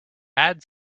add